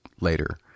later